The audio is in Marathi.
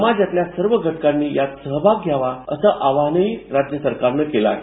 समाजातल्या सर्व घटकांनी यात सहभाग घ्यावा अस आवाहन राज्य सरकारनं केलं आहे